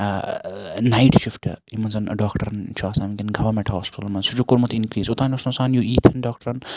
night shift یِمَن زَن ڈاکٹَرَن چھُ آسان وٕنکٮ۪ن گَوَمیٚنٹ ہوسپِٹَلَن مَنٛز سُہ چھُکھ کوٚرمُت اِنکریٖز اوٚتانۍ اوس نہٕ آسان ییٖتہن ڈاکٹَرَن